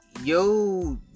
Yo